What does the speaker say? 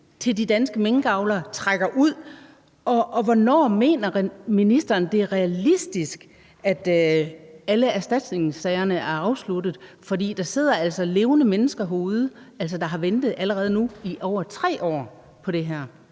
til de danske minkavlere trækker ud? Og hvornår mener ministeren det er realistisk at alle erstatningssagerne er afsluttet? For der sidder altså levende mennesker derude, der allerede nu har ventet i over 3 år på det her.